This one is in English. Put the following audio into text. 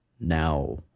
now